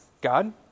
God